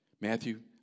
Matthew